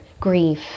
grief